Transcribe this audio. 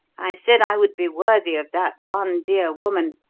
i said i would be worthy of that one dear woman,